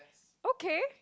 okay